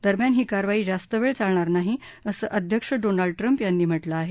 दरम्यान ही कारवाई जास्त वेळ चालणार नाही असं अध्यक्ष डोनाल्ड ट्रम्प यांनी म्हटलं आहे